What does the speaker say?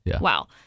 wow